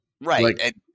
Right